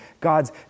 God's